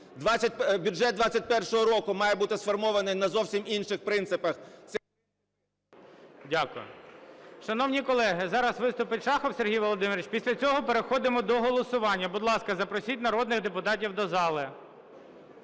Бюджет 2021 року має бути сформований на зовсім інших принципах…